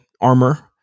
armor